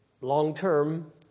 long-term